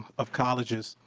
of colleges